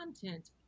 content